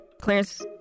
Clarence